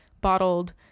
bottled